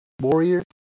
warrior